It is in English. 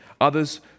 Others